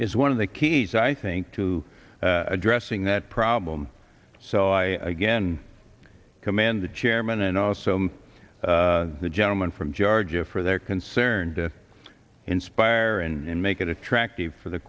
is one of the keys i think to addressing that problem so i again command the chairman and also the gentleman from georgia for their concern to inspire and make it attractive for the